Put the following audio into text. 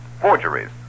Forgeries